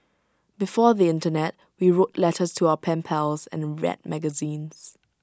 before the Internet we wrote letters to our pen pals and read magazines